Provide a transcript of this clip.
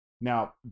Now